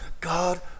God